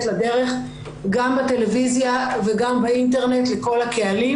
לדרך גם בטלוויזיה וגם באינטרנט לכל הקהלים,